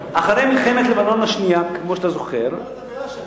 אם אתה זוכר, בשנה אחת לא עושים